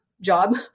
job